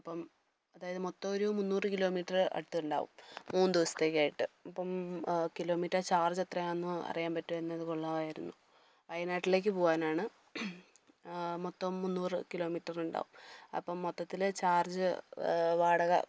അപ്പം അതായത് മൊത്തം ഒരു മുന്നൂറ് കിലോമീറ്ററ് അടുത്ത് ഉണ്ടാവും മൂന്ന് ദിവസത്തേക്കായിട്ട് അപ്പം കിലോമീറ്റർ ചാർജ് എത്രയാണെന്ന് അറിയാൻ പറ്റുമായിരുന്നെങ്കിൽ കൊള്ളാമായിരുന്നു വയനാട്ടിലേക്ക് പോവാനാണ് മൊത്തം മുന്നൂറ് കിലോമീറ്ററുണ്ടാവും അപ്പം മൊത്തത്തിൽ ചാർജ് വാടക